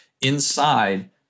inside